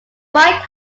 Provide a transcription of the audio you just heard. bright